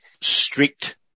strict